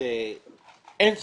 אין זמן.